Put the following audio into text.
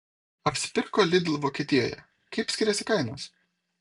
apsipirko lidl vokietijoje kaip skiriasi kainos